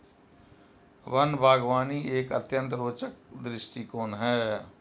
one बागवानी एक अत्यंत रोचक दृष्टिकोण है